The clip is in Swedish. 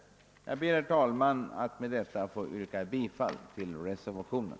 Herr talman! Med det anförda ber jag att få yrka bifall till reservationen.